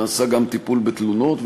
נעשה גם טיפול בתלונות,